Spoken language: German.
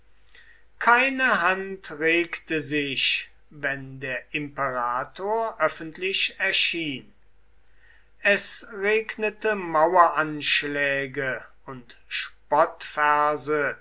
keine hand regte sich wenn der imperator öffentlich erschien es regnete maueranschläge und